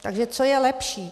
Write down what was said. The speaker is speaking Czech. Takže co je lepší?